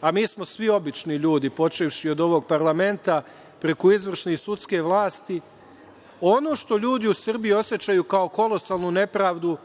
a mi smo svi obični ljudi, počevši od ovog parlamenta, preko izvršne i sudske vlasti, ono što ljudi u Srbiji osećaju kao kolosalnu nepravdu